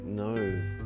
knows